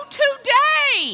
today